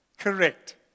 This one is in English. Correct